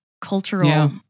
cultural